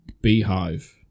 Beehive